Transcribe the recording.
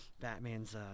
Batman's